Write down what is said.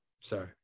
Sorry